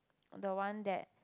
the one that